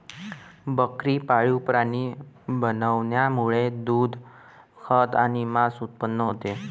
बकरी पाळीव प्राणी बनवण्यामुळे दूध, खत आणि मांस उत्पन्न होते